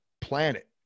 planet